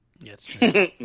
Yes